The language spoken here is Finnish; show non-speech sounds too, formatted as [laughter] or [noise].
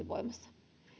[unintelligible] voimassa